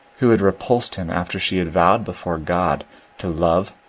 who had repulsed him after she had vowed before god to love,